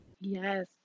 Yes